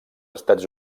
estats